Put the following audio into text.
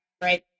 right